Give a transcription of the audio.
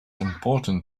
important